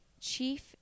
chief